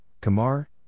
Kamar